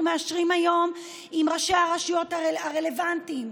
מאשרים היום עם ראשי הרשויות הרלוונטיים,